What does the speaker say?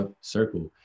circle